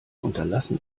unterlassen